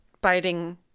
biting